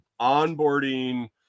onboarding